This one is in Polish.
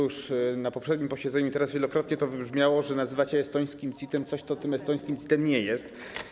Już na poprzednim posiedzeniu i teraz wielokrotnie wybrzmiało to, że nazywacie estońskim CIT-em coś, co estońskim CIT-em nie jest.